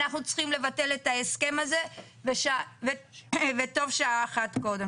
אנחנו צריכים לבטל את ההסכם הזה וטוב שעה אחת קודם.